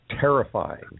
terrifying